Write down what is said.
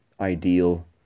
ideal